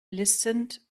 listened